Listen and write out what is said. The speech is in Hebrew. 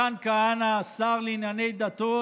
מתן כהנא, השר לענייני דתות